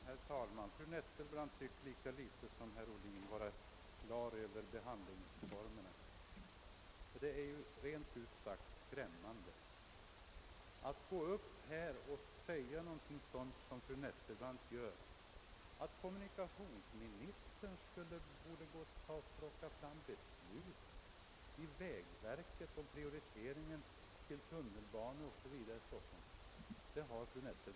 Herr talman! Fru Nettelbrandt tycks lika litet som herr Ohlin vara på det klara med formerna för behandlingen av denna fråga. Det är rent ut sagt skrämmande att som fru Nettelbrandt påstå att kommunikationsministern borde plocka fram beslut i vägverket om prioriteringen för tunnelbanor o.s.v. i Stockholm.